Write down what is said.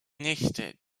nächte